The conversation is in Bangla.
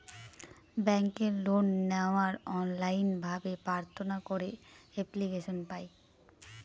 ব্যাঙ্কে লোন নেওয়ার অনলাইন ভাবে প্রার্থনা করে এপ্লিকেশন পায়